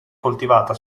coltivata